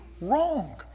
wrong